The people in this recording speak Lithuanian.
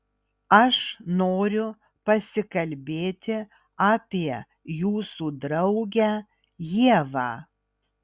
aš noriu pasikalbėti apie jūsų draugę ievą